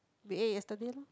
we ate yesterday loh